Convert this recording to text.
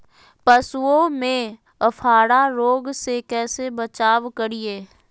पशुओं में अफारा रोग से कैसे बचाव करिये?